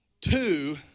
Two